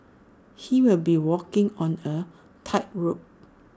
he'll be walking on A tightrope